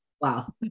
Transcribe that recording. Wow